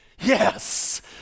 Yes